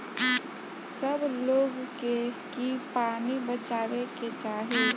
सब लोग के की पानी बचावे के चाही